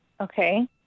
Okay